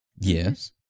Yes